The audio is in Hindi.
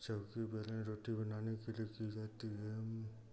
सब्जी बनाए रोटी बनाने के लिए की जाती है